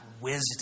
wisdom